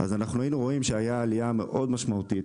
אנחנו היינו רואים שהייתה עליה מאוד משמעותית,